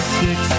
six